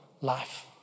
life